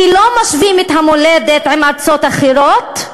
כי לא משווים את המולדת לארצות אחרות,